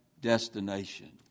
destination